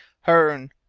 hearne,